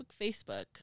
Facebook